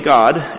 God